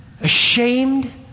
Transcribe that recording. Ashamed